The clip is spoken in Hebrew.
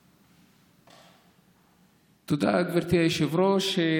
תודה, גברתי היושבת-ראש.